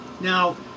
Now